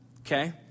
Okay